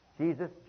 Jesus